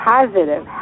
Positive